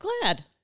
glad